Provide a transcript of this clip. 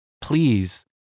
Please